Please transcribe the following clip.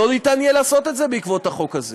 לא ניתן יהיה לעשות את זה בעקבות החוק הזה.